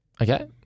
Okay